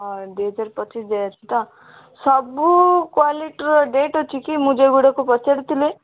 ହଁ ଦୁଇ ହଜାର ପଚିଶି ଯାଏଁ ଅଛି ତ ସବୁ କ୍ୱାଲିଟିର ଡେଟ୍ ଅଛିକି ମୁଁ ଯେଉଁଗୁଡ଼ାକ ପଚାରୁଥିଲି